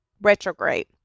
retrograde